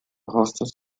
hostage